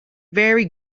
very